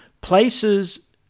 places